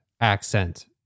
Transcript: accent